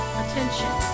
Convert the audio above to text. attention